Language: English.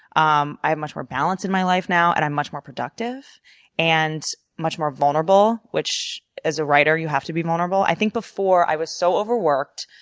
um i have much more balance in my life, now, and i'm much more productive and much more vulnerable, which, as a writer, you have to be vulnerable. i think before, i was so over worked,